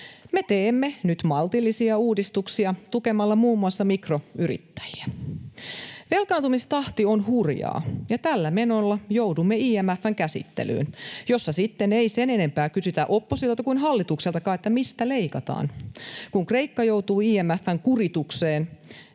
Me teemme nyt maltillisia uudistuksia tukemalla muun muassa mikroyrittäjiä. Velkaantumistahti on hurjaa, ja tällä menolla joudumme IMF:n käsittelyyn, jossa sitten ei sen enempää kysytä oppositiolta kuin hallitukseltakaan, mistä leikataan. Kun Kreikka joutui IMF:n kuritukseen,